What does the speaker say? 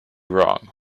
wrong